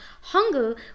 hunger